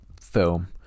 film